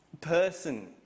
person